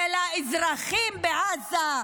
של האזרחים בעזה.